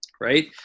right